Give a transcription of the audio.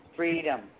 Freedom